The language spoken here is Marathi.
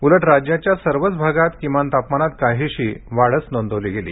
उलट राज्याच्या सर्वच आगात किमान तापमानात काहीशी वाढच नोंदवली गेली